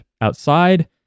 outside